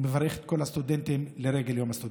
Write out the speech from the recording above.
אני מברך את כל הסטודנטים לרגל יום הסטודנט.